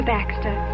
Baxter